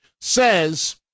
says